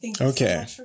Okay